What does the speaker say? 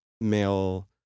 male